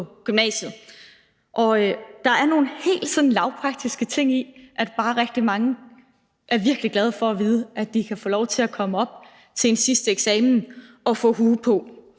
på gymnasiet. Der er sådan noget helt lavpraktisk i, at rigtig mange er virkelig glade for at vide, at de kan få lov til at komme op til en sidste eksamen og få hue på.